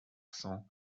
cents